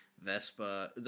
Vespa